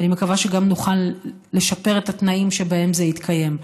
ואני מקווה שגם נוכל לשפר את התנאים שבהם זה יתקיים.